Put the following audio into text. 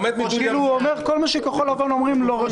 כאילו הוא אומר שכל מה שכחול לבן אומרים: לא.